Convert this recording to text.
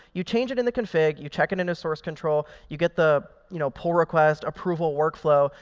you change it in the config. you check it into source control. you get the you know pull request approval workflow.